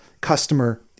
customer